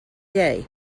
day